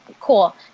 cool